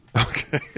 okay